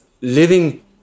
living